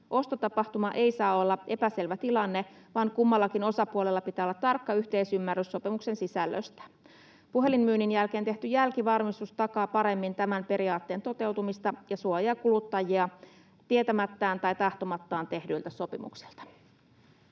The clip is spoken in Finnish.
Ostotapahtuma ei saa olla epäselvä tilanne, vaan kummallakin osapuolella pitää olla tarkka yhteisymmärrys sopimuksen sisällöstä. Puhelinmyynnin jälkeen tehty jälkivarmistus takaa paremmin tämän periaatteen toteutumista ja suojaa kuluttajia tietämättään tai tahtomattaan tehdyiltä sopimuksilta.